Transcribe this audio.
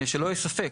שלא יהיה ספק,